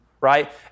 right